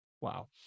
Wow